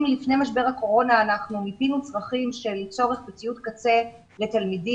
אם לפני משבר הקורונה אנחנו מיפינו צרכים של הצורך בציוד קצה לתלמידי,